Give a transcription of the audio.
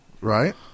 Right